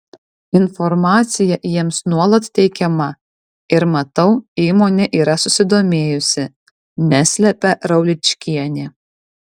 informacija jiems nuolat teikiama ir matau įmonė yra susidomėjusi neslepia rauličkienė